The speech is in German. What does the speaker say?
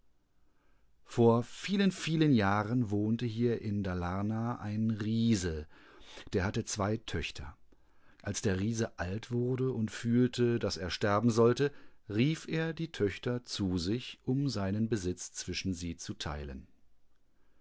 vor vielen vielen jahren wohnte hier in dalarna ein riese der hatte zwei töchter als der riese alt wurde und fühlte daß er sterben sollte rief er die töchterzusich umseinenbesitzzwischensiezuteilen seingrößterreichtumbestandineinigenbergenvollerkupfer